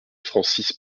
francis